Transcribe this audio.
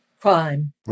crime